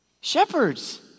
Shepherds